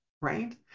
Right